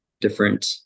different